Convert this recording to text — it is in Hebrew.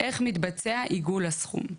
איך מתבצע עיגול הסכום.